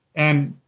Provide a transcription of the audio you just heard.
and